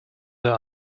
der